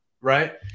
Right